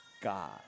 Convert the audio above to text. God